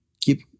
keep